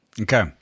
Okay